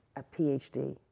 a ph d.